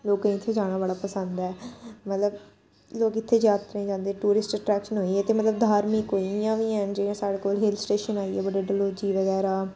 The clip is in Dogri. लोकें ई इत्थै जाना बड़ा पसंद ऐ मतलब लोक इत्थै जात्तरें जंदे टूरिस्ट अट्रैक्शन होई गेई मतलब धार्मिक होई इयां बी हैन जियां साढ़े कोल हिल स्टेशन होई गे बड़े डलहौजी बगैरा